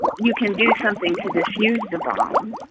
you can do something to defuse the bomb.